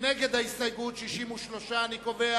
נגד ההסתייגות, 63. אני קובע